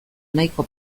nahiko